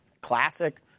classic